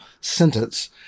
sentence